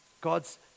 God's